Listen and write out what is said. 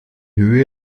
höhe